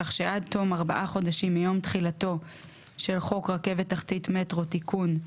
כך שעד תום ארבעה חודשים מיום תחילתו של חוק רכבת תחתית (מטרו) (תיקון),